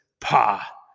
Pa